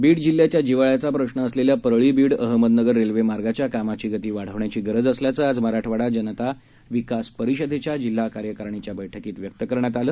बीडजिल्ह्याच्याजिव्हाळ्याचाप्रश्नअसलेल्यापरळी बीड अहमदनगररेल्वेमार्गाच्याकामाचीगतीवाढवण्याचीगरजअसल्याचंआजमराठवाडाजनता विकासपरिषदेच्याजिल्हाकार्यकारणीच्याबैठकीतव्यक्तकरण्यातआलं